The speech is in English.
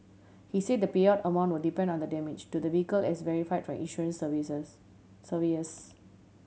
he say the payout amount will depend on the damage to the vehicle as verify try insurance surveyors